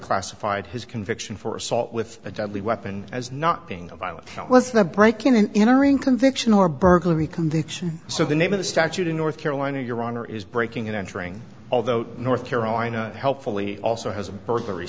classified his conviction for assault with a deadly weapon as not being violent was not breaking and entering conviction or burglary conviction so the name of the statute in north carolina your honor is breaking and entering although north carolina helpfully also has a burglary